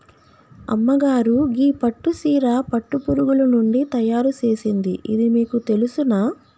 అమ్మగారు గీ పట్టు సీర పట్టు పురుగులు నుండి తయారు సేసింది ఇది మీకు తెలుసునా